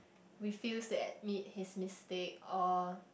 refuse to admit his mistake or